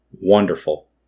wonderful